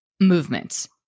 movements